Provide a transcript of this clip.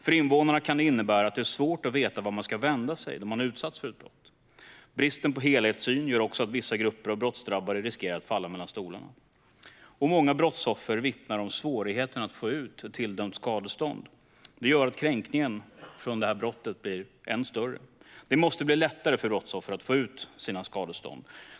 För invånarna kan det innebära att det är svårt att veta vart man ska vända sig när man har utsatts för ett brott. Bristen på helhetssyn gör också att vissa grupper av brottsdrabbade riskerar att falla mellan stolarna. Många brottsoffer vittnar om svårigheten att få ut ett tilldömt skadestånd, vilket gör att den kränkning som brottet innebär blir ännu större. Det måste bli lättare för brottsoffer att få ut sina skadestånd.